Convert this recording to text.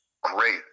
great